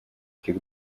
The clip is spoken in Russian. этих